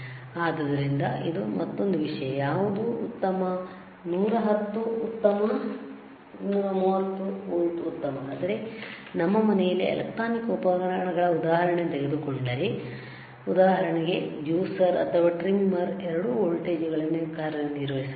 ಆದ್ದರಿಂದ ಇದು ಮತ್ತೊಂದು ವಿಷಯ ಯಾವುದು ಉತ್ತಮ 110 ಉತ್ತಮ 230 ವೋಲ್ಟ್ ಉತ್ತಮ ಆದರೆ ನಮ್ಮ ಮನೆಯಲ್ಲಿ ಎಲೆಕ್ಟ್ರಾನಿಕ್ ಉಪಕರಣಗಳ ಉದಾಹರಣೆಯನ್ನು ತೆಗೆದುಕೊಂಡರೆ ಉದಾಹರಣೆಗೆ ಜ್ಯೂಸರ್ ಅಥವಾ ಟ್ರಿಮ್ಮರ್ ಎರಡೂ ವೋಲ್ಟೇಜ್ಗಳಲ್ಲಿ ಕಾರ್ಯನಿರ್ವಹಿಸುತ್ತವೆ